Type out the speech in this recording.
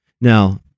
Now